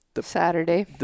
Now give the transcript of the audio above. Saturday